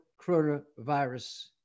coronavirus